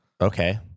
Okay